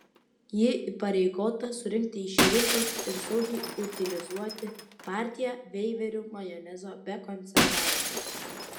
ji įpareigota surinkti iš rinkos ir saugiai utilizuoti partiją veiverių majonezo be konservantų